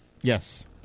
Yes